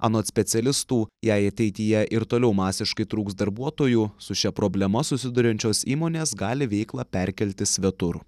anot specialistų jei ateityje ir toliau masiškai trūks darbuotojų su šia problema susiduriančios įmonės gali veiklą perkelti svetur